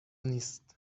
نیست